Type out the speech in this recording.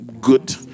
good